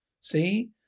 See